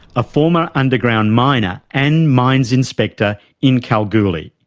a former underground miner and mines inspector in kalgoorlie.